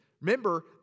Remember